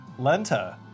Lenta